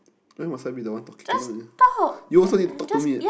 why must I be the one talking come on you also need to talk to me eh